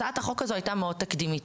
הצעת החוק הזו הייתה מאוד תקדימית,